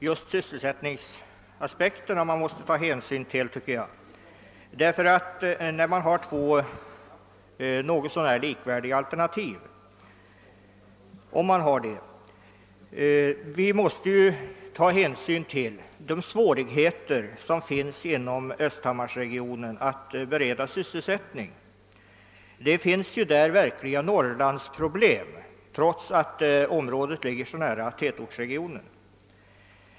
Just = sysselsättningsaspekterna måste man ta hänsyn till, om man har två något så när likvärdiga alternativ. stora svårigheter att bereda sysselsätt. ning. Där finns det verkliga Norrlandsproblem, trots att området ligger så nära tätortsregionen.